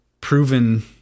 proven